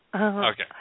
Okay